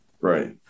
right